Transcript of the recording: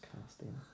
casting